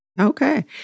Okay